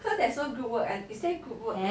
so there's no group work ah is there group work